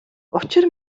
учир